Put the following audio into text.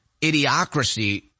idiocracy